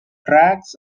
tracks